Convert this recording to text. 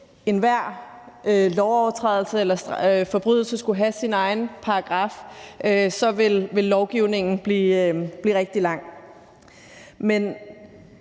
Hvis enhver lovovertrædelse eller forbrydelse skulle have sin egen paragraf, ville straffeloven blive rigtig lang.